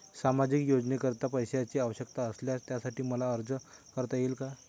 सामाजिक योजनेकरीता पैशांची आवश्यकता असल्यास त्यासाठी मला अर्ज करता येईल का?